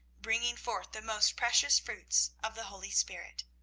bringing forth the most precious fruits of the holy spirit.